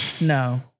No